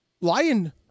Lion